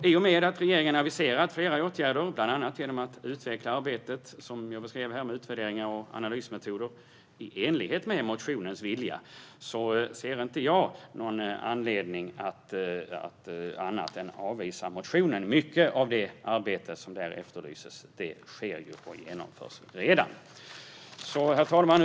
I och med att regeringen har aviserat flera åtgärder, bland annat genom att utveckla arbetet med utvärderingar och analysmetoder, i enlighet med motionens vilja ser jag inte någon anledning till något annat än att avvisa motionen. Mycket av arbetet som där efterlyses sker och genomförs redan. Herr talman!